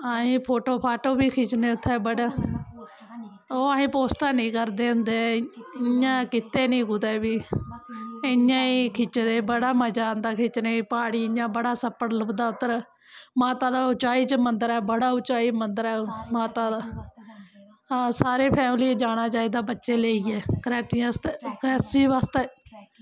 अस फोटो फाटो बी खिच्चने उत्थें बड़े ओह् असें पोस्ट हैनी करदे होंदे इ'यां कीते नी कुदै बी इ'यां ई खिचदे बड़ा मजा आंदा खिच्चने गी प्हाड़ी इ'यां बड़ा छप्पड़ लभदा उद्धर माता दा उंचाई च मन्दर ऐ बड़ा उंचाई मंदर ऐ माता दा सारे फैमली गी जाना चाहिदा बच्चें गी लेइयै ट्रैकिंग बास्तै